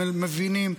הם מבינים,